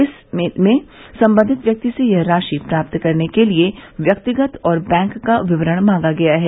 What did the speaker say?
इस मेल में संबंधित व्यक्ति से यह राशि प्राप्त करने के लिए व्यक्तिगत और बैंक का विवरण मांगा गया है